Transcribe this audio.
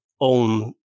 own